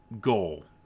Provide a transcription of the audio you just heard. goal